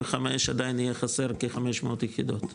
שב-25 עדיין יהיה חסר כ-50 יחידות,